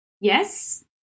yes